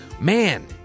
Man